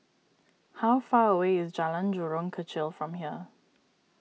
how far away is Jalan Jurong Kechil from here